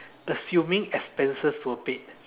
assuming expenses were paid